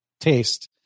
taste